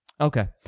Okay